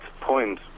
point